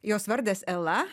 jos vardas ela